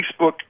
Facebook